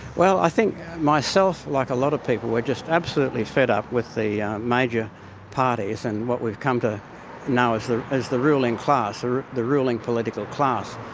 well, i think myself, like a lot of people, were just absolutely fed up with the major parties and what we've come to know as the as the ruling class, the ruling political class.